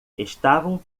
estavam